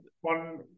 one